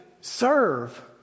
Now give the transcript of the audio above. serve